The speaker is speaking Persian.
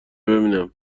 ببینم